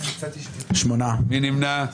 מי נמנע?